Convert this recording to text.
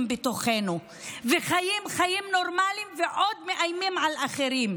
בתוכנו וחיים חיים נורמליים ועוד מאיימים על אחרים,